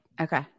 Okay